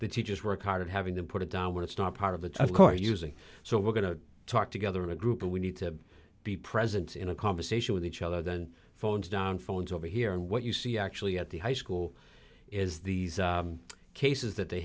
the teachers work hard at having to put it down when it's not part of a of course using so we're going to talk together in a group that we need to be present in a conversation with each other than phones down phones over here and what you see actually at the high school is these cases that they